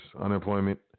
Unemployment